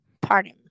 pardon